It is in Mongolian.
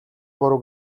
буруу